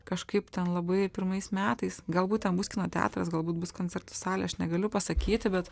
kažkaip ten labai pirmais metais galbūt ten bus kino teatras galbūt bus koncertų salė aš negaliu pasakyti bet